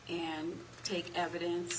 and take evidence